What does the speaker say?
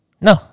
no